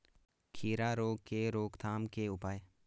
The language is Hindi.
खीरा रोग के रोकथाम के उपाय?